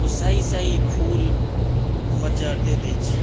ओ सही सही फूल मज्जर दैत अछि